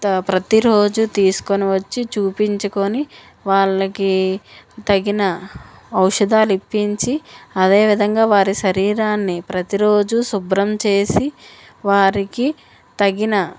త ప్రతీరోజు తీసుకుని వచ్చి చూపించుకోని వాళ్ళకి తగిన ఔషధాలు ఇప్పించి అదేవిధంగా వారి శరీరాన్ని ప్రతీరోజు శుభ్రం చేసి వారికి తగిన